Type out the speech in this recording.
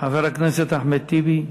חבר הכנסת אחמד טיבי,